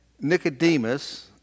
Nicodemus